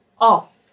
off